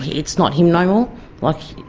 it's not him no like